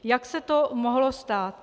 Jak se to mohlo stát?